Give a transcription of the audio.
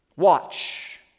Watch